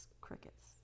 crickets